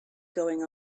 going